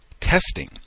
testing